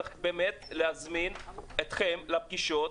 צריך באמת להזמין אתכם לפגישות,